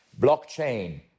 Blockchain